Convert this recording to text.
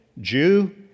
Jew